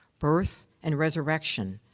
birth and resurrection.